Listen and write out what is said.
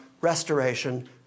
restoration